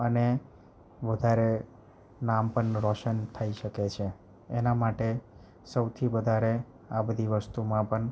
અને વધારે નામ પણ રોશન થઈ શકે છે એના માટે સૌથી વધારે આ બધી વસ્તુમાં પણ